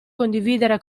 condividere